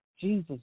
Jesus